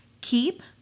keep